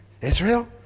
Israel